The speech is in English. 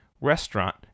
restaurant